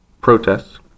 protests